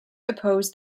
opposed